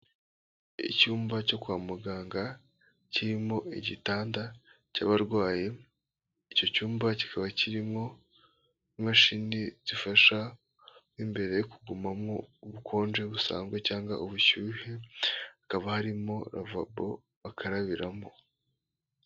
Icyumba cyo kwa muganga kirimo igitanda cy'abarwayi, icyo cyumba kikaba kirimo imashini zifasha imbere kugumamo ubukonje busanzwe cyangwa ubushyuhe. Hakaba harimo lavabo bakarabiramo.